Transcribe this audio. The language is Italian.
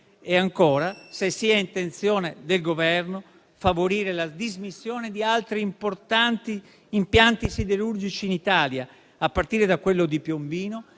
e, ancora, se sia intenzione del Governo favorire la dismissione di altri importanti impianti siderurgici in Italia, a partire da quello di Piombino,